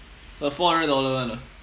a four hundred dollar one ah